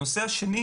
הנושא השני